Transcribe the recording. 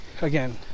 Again